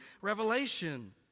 revelation